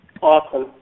Awesome